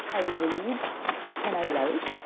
i read and i write,